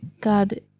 God